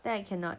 then I cannot